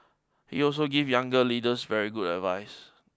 he also give younger leaders very good advice